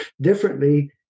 differently